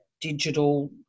digital